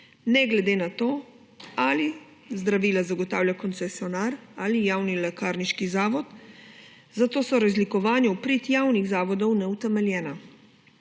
ne glede na to, ali zdravila zagotavlja koncesionar ali javni lekarniški zavod, zato so razlikovanja v prid javnih zavodov neutemeljena.